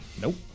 Nope